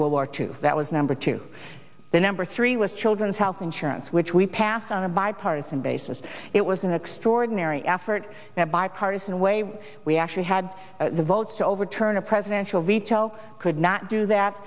world war two that was number two the number three was children's health insurance which we passed on a bipartisan basis it was an extraordinary effort now bipartisan way we actually had the votes to overturn a presidential veto could not do that